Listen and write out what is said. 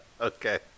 Okay